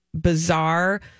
bizarre